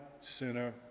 sinner